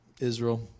Israel